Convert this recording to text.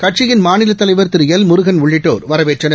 கட்சியின் மாநில தலைவர் திரு எல் முருகன் உள்ளிட்டோர் வரவேற்றனர்